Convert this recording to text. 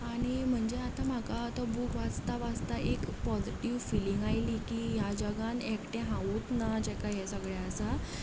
आनी म्हणजे आतां म्हाका तो बूक वाचता वाचता एक पोजिटीव फिलींग येयली की ह्या जगान एकटें हांवूंच ना जाका हें सगळें आसा